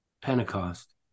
Pentecost